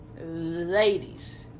ladies